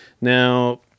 Now